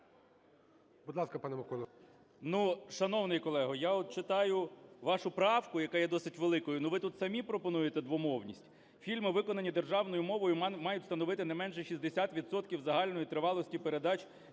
Будь ласка, пане Микола.